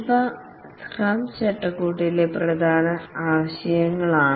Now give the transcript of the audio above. ഇവ സ്ക്രം ചട്ടക്കൂടിലെ പ്രധാനപ്പെട്ട ചില ആശയങ്ങളാണ്